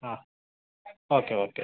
ಹಾಂ okay okay